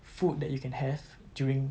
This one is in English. food that you can have during